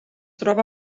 troba